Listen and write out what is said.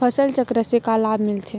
फसल चक्र से का लाभ मिलथे?